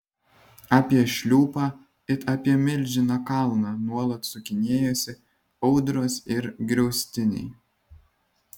apie šliūpą it apie milžiną kalną nuolat sukinėjosi audros ir griaustiniai